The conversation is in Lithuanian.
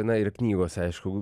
na ir knygos aišku